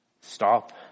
Stop